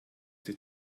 die